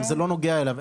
זה לא נוגע אליו.